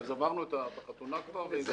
עברנו את החתונה כבר.